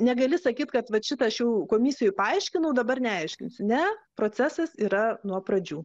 negali sakyt kad vat šitą aš jau komisijoj paaiškinau dabar neaiškinsiu ne procesas yra nuo pradžių